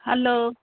hello